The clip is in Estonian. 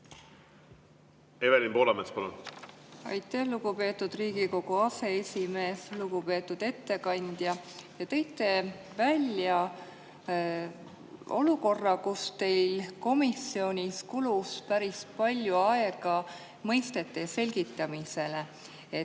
Evelin Poolamets, palun! Aitäh, lugupeetud Riigikogu aseesimees! Lugupeetud ettekandja! Te tõite välja, et komisjonis kulus päris palju aega mõistete selgitamisele.